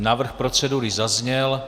Návrh procedury zazněl.